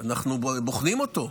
אנחנו בוחנים אותו.